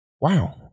Wow